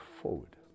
forward